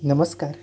नमस्कार